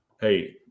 hey